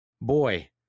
Boy